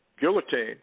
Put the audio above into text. guillotine